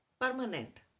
permanent